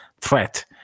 threat